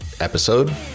episode